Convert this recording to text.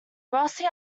rossi